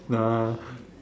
no ah